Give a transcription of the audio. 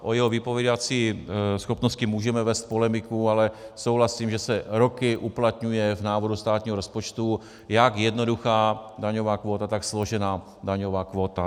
O jeho vypovídací schopnosti můžeme vést polemiku, ale souhlasím, že se roky uplatňuje v návrhu státního rozpočtu jak jednoduchá daňová kvóta, tak složená daňová kvóta.